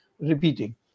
repeating